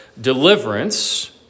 deliverance